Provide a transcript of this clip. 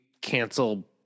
cancel